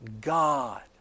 God